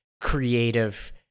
creative